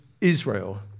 Israel